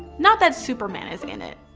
not that superman is in it.